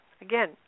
Again